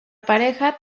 pareja